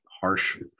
harsh